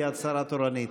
כי את שרה תורנית,